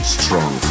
strong